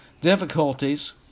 difficulties